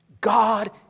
God